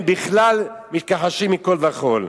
הם בכלל מתכחשים מכול וכול.